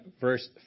verse